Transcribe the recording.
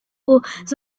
aux